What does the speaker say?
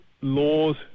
laws